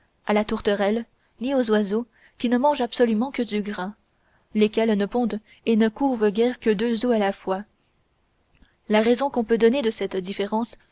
à la tourterelle ni aux oiseaux qui ne mangent absolument que du grain lesquels ne pondent et ne couvent guère que deux œufs à la fois la raison qu'on peut donner de cette différence